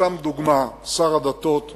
סתם דוגמה: שר הדתות מרגי,